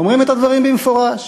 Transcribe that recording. אומרים את הדברים במפורש.